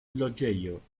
loĝejo